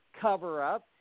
cover-up